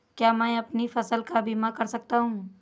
क्या मैं अपनी फसल का बीमा कर सकता हूँ?